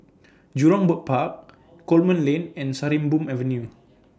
Jurong Bird Park Coleman Lane and Sarimbun Avenue